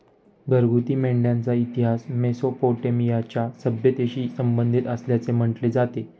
घरगुती मेंढ्यांचा इतिहास मेसोपोटेमियाच्या सभ्यतेशी संबंधित असल्याचे म्हटले जाते